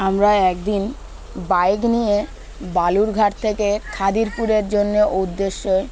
আমরা একদিন বাইক নিয়ে বালুরঘাট থেকে খিদিরপুরের জন্য উদ্দেশ্যই